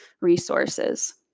resources